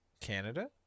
Canada